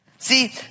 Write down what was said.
See